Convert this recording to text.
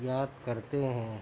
یاد کرتے ہیں